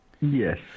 Yes